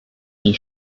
die